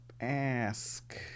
Ask